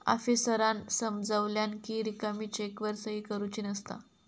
आफीसरांन समजावल्यानं कि रिकामी चेकवर सही करुची नसता